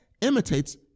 imitates